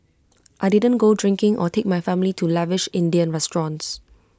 I didn't go drinking or take my family to lavish Indian restaurants